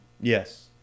Yes